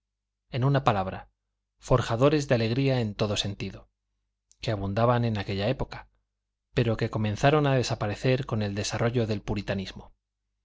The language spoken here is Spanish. en una palabra forjadores de alegría en todo sentido que abundaban en aquella época pero que comenzaron a desaparecer con el desarrollo del puritanismo